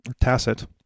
tacit